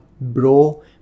bro